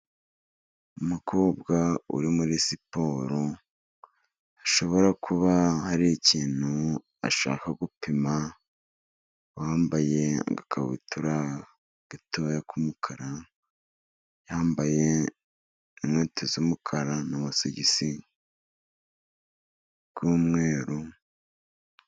Umukobwa uri muri siporo, hashobora kuba hari ikintu ashaka gupima, yambaye agakabutura gatoya k'umukara, yambaye n'inkweto z'umukara n'amasigisi y'umweru...